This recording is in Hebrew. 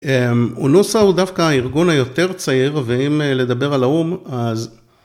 אונוסה הוא דווקא הארגון היותר צעיר ואם לדבר על האום, אז...